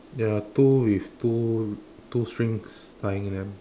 there are two with two two strings tying them